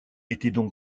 étaient